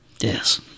Yes